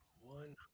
One